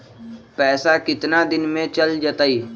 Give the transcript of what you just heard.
पैसा कितना दिन में चल जतई?